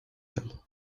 him